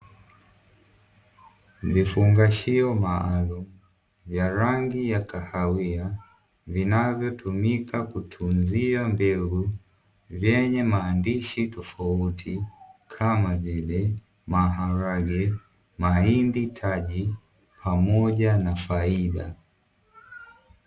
Vifungashio maalumu vya rangi ya kahawia vinavyotumika kutunzia mbengu yenye maandishi tofauti kama vile: maharage, mahindi, taji pamoja na faida.